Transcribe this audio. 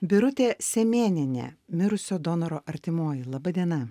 birutė semėnienė mirusio donoro artimoji laba diena